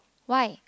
why